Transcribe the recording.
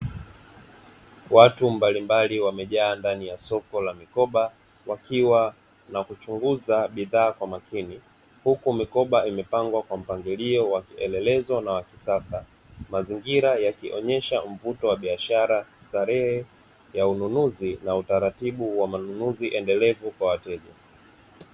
Watu mbalimbali wamejaa ndani ya soko la mikoba wakiwa na kuchunguza bidhaa kwa makini huku mikoba imepangwa kwa mpangilio wa kielelezo na wa kisasa, mazingira yakionyesha mvuto wa biashara, starehe ya ununuzi na utaratibu wa manunuzi endelevu kwa wateja.